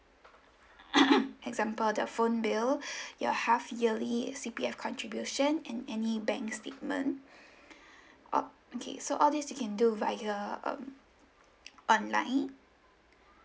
example the phone bill your half yearly C_P_F contribution and any bank statement all okay so all these you can do via um online